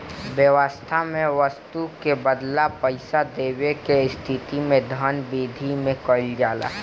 बेवस्था में बस्तु के बदला पईसा देवे के स्थिति में धन बिधि में कइल जाला